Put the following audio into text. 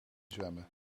zwemmen